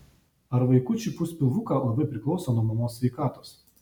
ar vaikučiui pūs pilvuką labai priklauso nuo mamos sveikatos